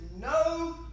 no